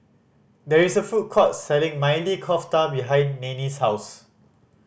there is a food court selling Maili Kofta behind Neenie's house